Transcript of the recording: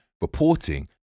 reporting